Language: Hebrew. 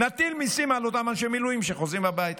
נטיל מיסים על אותם אנשי מילואים שחוזרים הביתה.